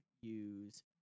use